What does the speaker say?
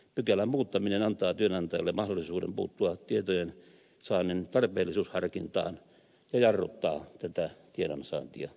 pykälän muuttaminen antaa työnantajalle mahdollisuuden puuttua tietojensaannin tarpeellisuusharkintaan ja jarruttaa tätä tiedonsaantia